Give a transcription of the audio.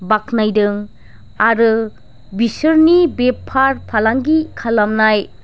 बाख्नायदों आरो बिसोरनि बेफार फालांगि खालामनाय